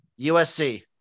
USC